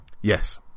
Yes